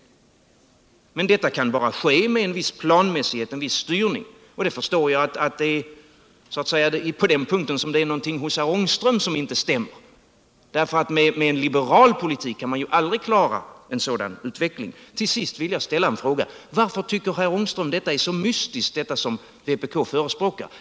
Men detta kan bara åstadkommas med en viss planmässighet och en viss styrning. Jag förstår att det på den punkien är någonting hos Rune Ångström som inte stämmer, eftersom man med en liberal politik aldrig kan klara en sådan utveckling. Till sist vill jag ställa on fråga: Varför tycker herr Ångström at det som vpk förespråkar här är så mystiskt?